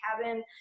cabin